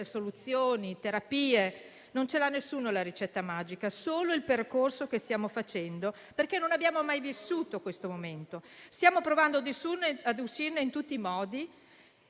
soluzioni e terapie; nessuno però ha la ricetta magica e c'è solo il percorso che stiamo facendo, perché non abbiamo mai vissuto questo momento. Stiamo provando a uscirne in tutti i modi